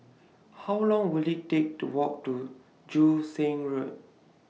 How Long Will IT Take to Walk to Joo Seng Road